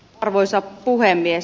arvoisa puhemies